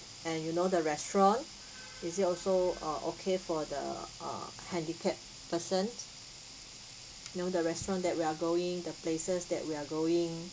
and you know the restaurant is it also uh okay for the uh handicapped person know the restaurant that we are going the places that we are going